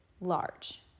large